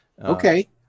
okay